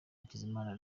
hakizimana